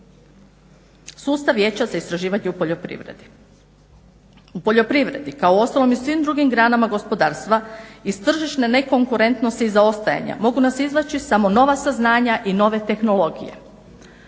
Sustav vijeća za istraživanje u poljoprivredi. U poljoprivredi kao uostalom i svim drugim granama gospodarstva iz tržišne nekonkurentnosti zaostajanja mogu nas izvući samo nova saznanja i nove tehnologije.